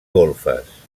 golfes